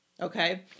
Okay